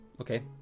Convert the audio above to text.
okay